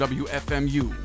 wfmu